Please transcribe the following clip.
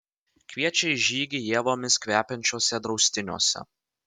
kviečia į žygį ievomis kvepiančiuose draustiniuose